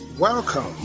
Welcome